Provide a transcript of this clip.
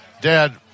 Dad